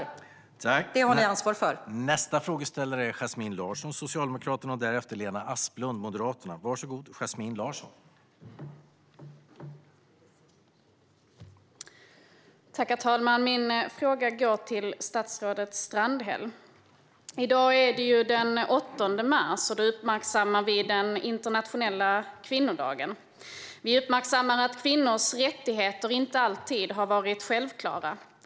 Det har ni ansvar för.